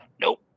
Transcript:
nope